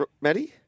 Matty